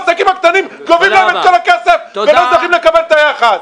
העסקים הקטנים גובים להם את כל הכסף ולא זוכים לקבל את היחס.